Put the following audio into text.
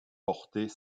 portait